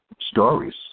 stories